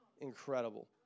Incredible